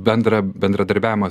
bendrą bendradarbiavimą